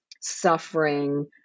suffering